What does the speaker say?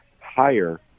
higher